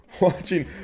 Watching